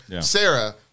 Sarah